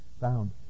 found